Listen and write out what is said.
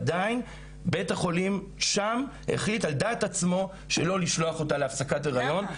בית החולים שם החליט על דעת עצמו שלא לשלוח אותה להפסקת הריון.